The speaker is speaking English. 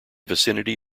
vicinity